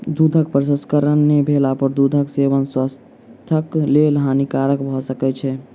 दूधक प्रसंस्करण नै भेला पर दूधक सेवन स्वास्थ्यक लेल हानिकारक भ सकै छै